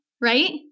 right